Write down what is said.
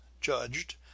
judged